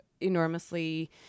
enormously